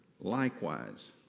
Likewise